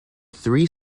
three